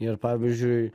ir pavyzdžiui